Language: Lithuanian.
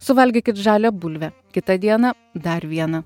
suvalgykit žalią bulvę kitą dieną dar vieną